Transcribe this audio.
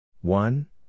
One